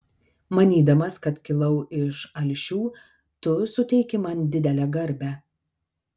manydamas kad kilau iš alšių tu suteiki man didelę garbę